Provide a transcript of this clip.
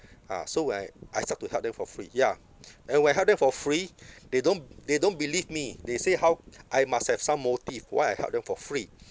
ah so I I start to help them for free ya and when I help them for free they don't they don't believe me they say how I must have some motive why I help them for free